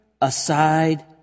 aside